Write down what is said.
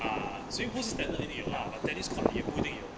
ah swimming pool 是 standard 一定有 lah but tennis court 也不一定有